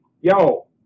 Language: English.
yo